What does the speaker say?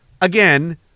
again